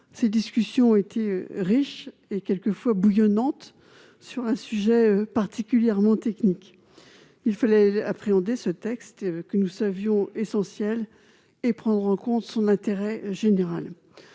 Les discussions ont été riches et quelquefois bouillonnantes, sur un sujet particulièrement technique. Il fallait nous saisir de ce texte que nous savions essentiel et prendre en compte l'intérêt général.